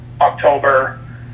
October